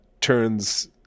turns